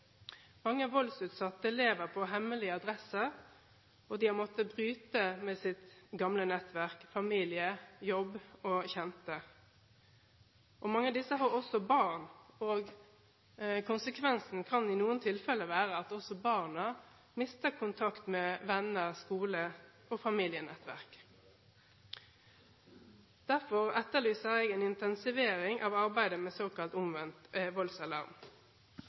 Mange voldsutsatte lever på hemmelig adresse, og de har måttet bryte med sitt gamle nettverk – familie, jobb og kjente. Mange av disse har barn, og konsekvensen kan i noen tilfeller være at også barna mister kontakt med venner, skole og familienettverk. Derfor etterlyser jeg en intensivering av arbeidet med såkalt omvendt voldsalarm.